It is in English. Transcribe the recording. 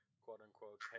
quote-unquote